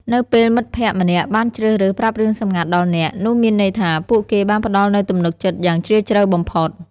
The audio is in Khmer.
នៅពេលមិត្តភក្តិម្នាក់បានជ្រើសរើសប្រាប់រឿងសម្ងាត់ដល់អ្នក នោះមានន័យថាពួកគេបានផ្តល់នូវទំនុកចិត្តយ៉ាងជ្រាលជ្រៅបំផុត។